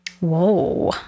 Whoa